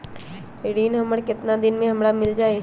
ऋण हमर केतना दिन मे हमरा मील जाई?